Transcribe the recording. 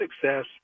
success